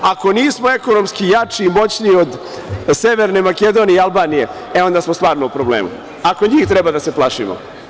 Ako nismo ekonomski jači i moćniji od Severne Makedonije i Albanije, e onda smo stvarno u problemu ako njih treba da se plašimo.